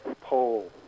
Pole